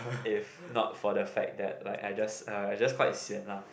if not for the fact that like I just (uh)I just quite sian lah